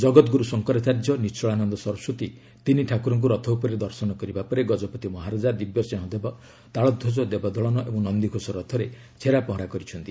ଜଗତ୍ଗୁରୁ ଶଙ୍କରାଚାର୍ଯ୍ୟ ନିି୍୍ ଳାନନ୍ଦ ସରସ୍ୱତୀ ତିନି ଠାକୁରଙ୍କୁ ରଥ ଉପରେ ଦର୍ଶନ କରିବା ପରେ ଗଜପତି ମହାରାଜା ଦିବ୍ୟସିଂହ ଦେବ ତାଳଧ୍ୱକ ଦେବଦଳନ ଏବଂ ନନ୍ଦୀଘୋଷ ରଥରେ ଛେରାପହଁରା କରିଛନ୍ତି